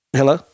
Hello